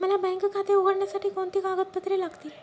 मला बँक खाते उघडण्यासाठी कोणती कागदपत्रे लागतील?